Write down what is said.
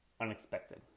Unexpected